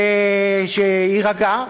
שיירגע,